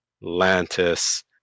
Lantis